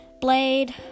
Blade